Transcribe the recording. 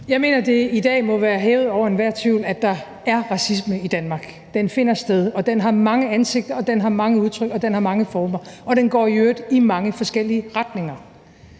Jeg mener, at det i dag må være hævet over enhver tvivl, at der er racisme i Danmark. Den finder sted, og den har mange ansigter, og den har mange udtryk, og den har mange former, og den går i øvrigt i mange forskellige retninger.